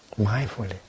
mindfully